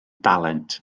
dalent